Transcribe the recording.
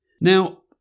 Now